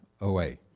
away